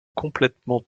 complètement